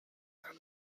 doors